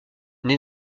naît